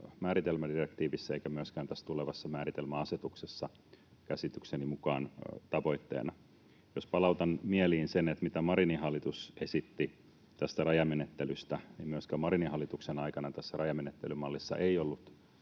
määritelmädirektiivissä eikä myöskään tässä tulevassa määritelmäasetuksessa käsitykseni mukaan tavoitteena. Jos palautan mieliin sen, mitä Marinin hallitus esitti tästä rajamenettelystä, niin myöskään Marinin hallituksen aikana tässä rajamenettelymallissa ei ollut